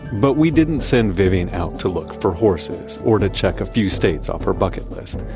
but we didn't send vivian out to look for horses or to check a few states off her bucket list.